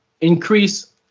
increase